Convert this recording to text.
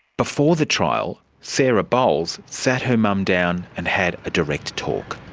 before the trial, sarah bowles sat her mum down and had a direct talk.